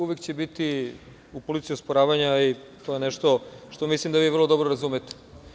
Uvek će biti u politici osporavanja i to je nešto što vi vrlo dobro razumete.